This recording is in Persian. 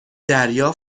دریا